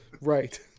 Right